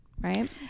Right